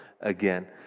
again